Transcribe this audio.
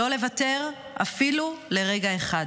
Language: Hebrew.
לא לוותר אפילו לרגע אחד.